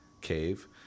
cave